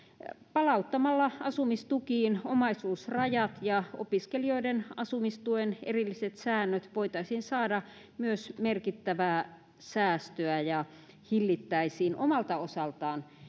palauttamalla asumistukiin omaisuusrajat ja opiskelijoiden asumistuen erilliset säännöt voitaisiin saada myös merkittävää säästöä ja hillittäisiin omalta osaltaan